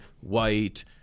white